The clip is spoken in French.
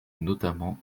notamment